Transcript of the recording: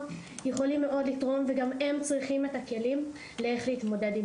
יכולים מאוד לתרום וגם הם צריכים את הכלים איך להתמודד עם